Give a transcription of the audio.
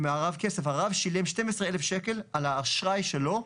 הרב שילם שניים עשר אלף שקלים על האשראי שלו,